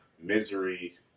misery